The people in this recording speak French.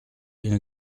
une